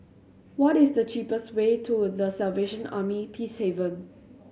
what is the cheapest way to The Salvation Army Peacehaven